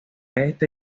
este